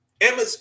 Emma